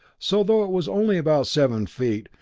so, though it was only about seven feet,